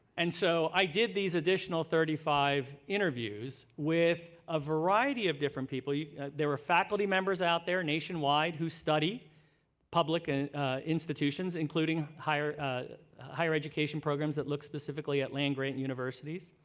and so i did these additional thirty five interviews with a variety of different people. they were faculty members out there nationwide who study public and institutions, including higher higher education programs that look specifically at land-grant universities.